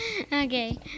Okay